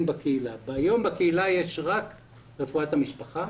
בקהילה והיום בקהילה יש רק רפואת המשפחה,